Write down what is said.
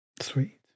sweet